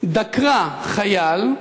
דקרה חייל.